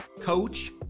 coach